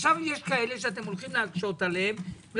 עכשיו יש כאלה שאתם הולכים להקשות עליהם כי